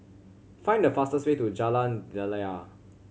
find the fastest way to Jalan Daliah